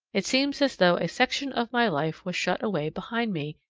it seems as though a section of my life was shut away behind me,